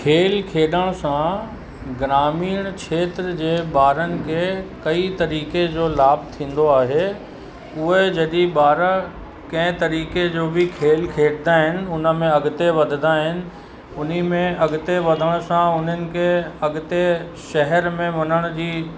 खेल खेॾण सां ग्रामीण खेत्र जे ॿारनि खे कई तरीक़े जो लाभ थींदो आहे उहे जॾहिं ॿार कंहिं तरीक़े जो बि खेल खेॾंदा आहिनि उन में अॻिते वधंदा आहिनि उन में अॻिते वधण सां उन्हनि खे अॻिते शहर में वञण जी